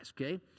okay